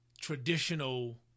traditional